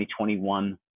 2021